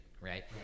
right